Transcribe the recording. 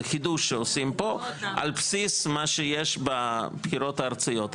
זה חידוש שעושים פה על בסיס מה שיש בבחירות הארציות,